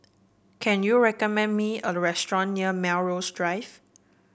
can you recommend me a restaurant near Melrose Drive